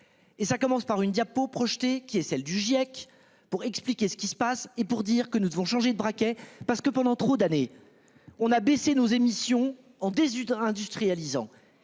Et ça commence par une diapos projetées qui est celle du GIEC pour expliquer ce qui se passe et pour dire que nous devons changer de braquet parce que pendant trop d'années, on a baissé nos émissions en 18 industrialisant